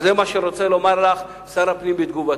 זה מה שרוצה לומר לך שר הפנים בתגובתו.